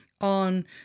on